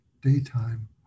daytime